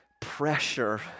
pressure